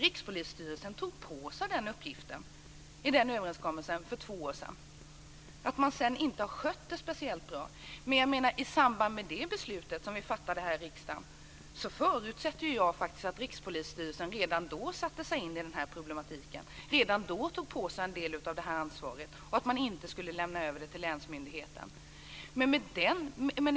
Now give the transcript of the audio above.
Rikspolisstyrelsen tog på sig den uppgiften i överenskommelsen för två år sedan. Sedan har man inte skött det speciellt bra. Men jag förutsätter faktiskt att Rikspolisstyrelsen redan när vi fattade beslutet här i riksdagen satte sig in i den här problematiken och redan då tog på sig en del av det här ansvaret och inte skulle lämna över det till länsmyndigheten.